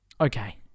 Okay